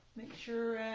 sure,